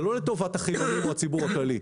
זה לא לטובת החילונים או הציבור הכללי.